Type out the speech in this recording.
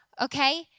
Okay